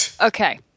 Okay